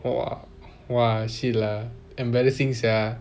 !wah! !wah! shit lah embarrassing sia